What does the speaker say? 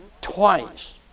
twice